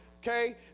okay